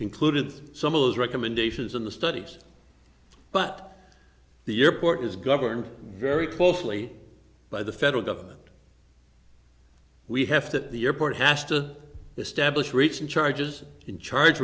included some of those recommendations in the studies but the airport is governed very closely by the federal government we have to the airport has to establish reaching charges in charge